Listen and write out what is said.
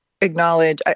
acknowledge